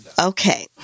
Okay